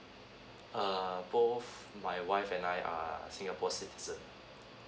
err both my wife and I are singapore citizen